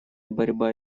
борьба